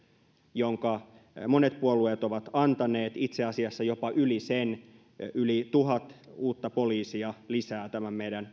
jonka monet puolueet ovat antaneet itse asiassa jopa yli sen yli tuhat uutta poliisia lisää tämän meidän